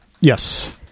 Yes